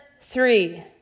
three